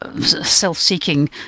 self-seeking